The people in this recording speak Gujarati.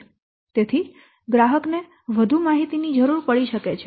તેથી ગ્રાહક ને વધુ માહિતી ની જરૂર પડી શકે છે